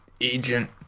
agent